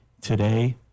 Today